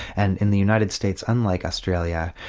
and in the united states, unlike australia,